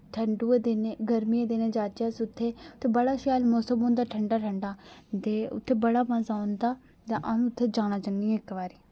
ठंडू दे दिनें गर्मी गर्मी दे दिनै जाह्चै अस उत्थै उत्थै बड़ा शैल मौसम होंदा ठंडा ठंडा ते उत्थै बड़ा मजा औंदा ते अ'ऊं उत्थै जाना चाह्न्नी ऐ इक बारी